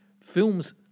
films